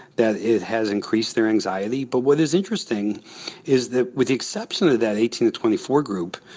that it has increased their anxiety. but what is interesting is that with the exception of that eighteen to twenty four group,